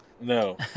No